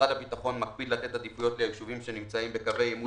מקפיד לתת עדיפויות לישובים שנמצאים בקווי עימות.